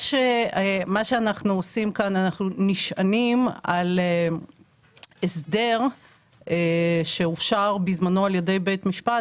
שאנחנו נשענים על הסדר שאושר בזמנו על ידי בית משפט,